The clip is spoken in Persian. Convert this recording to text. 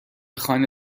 خانه